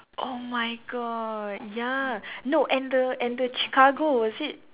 oh my god ya no and the and the Chicago was it